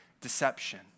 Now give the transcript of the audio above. deception